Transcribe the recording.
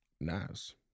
Nice